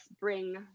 bring